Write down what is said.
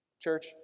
Church